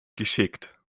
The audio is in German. geschickt